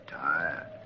tired